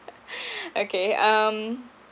okay um